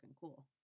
cool